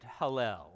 Hallel